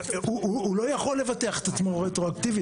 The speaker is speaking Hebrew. הוא לא יכול לבטח את עצמו רטרואקטיבית.